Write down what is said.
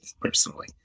personally